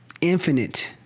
infinite